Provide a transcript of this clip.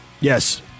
Yes